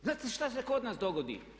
Znate šta se kod nas dogodi?